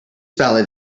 ballad